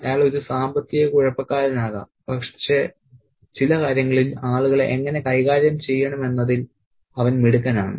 അയാൾ ഒരു സാമ്പത്തിക കുഴപ്പക്കാരനാകാം പക്ഷേ ചില കാര്യങ്ങളിൽ ആളുകളെ എങ്ങനെ കൈകാര്യം ചെയ്യണമെന്നതിൽ അവൻ മിടുക്കനാണ്